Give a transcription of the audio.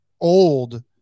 old